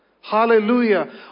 Hallelujah